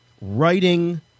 writing